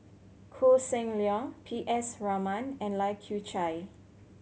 Koh Seng Leong P S Raman and Lai Kew Chai